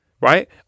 Right